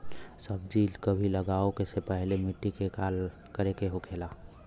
सब्जी कभी लगाओ से पहले मिट्टी के का करे के होखे ला?